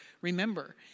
remember